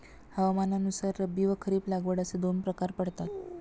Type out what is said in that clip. हवामानानुसार रब्बी व खरीप लागवड असे दोन प्रकार पडतात